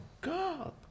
God